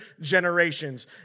generations